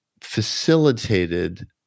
facilitated